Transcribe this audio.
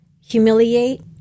humiliate